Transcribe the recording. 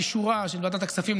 באישורה של ועדת הכספים,